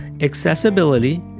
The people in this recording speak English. accessibility